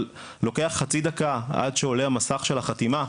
אבל לוקח חצי דקה עד שעולה המסך של החתימה,